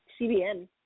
CBN